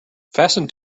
fasten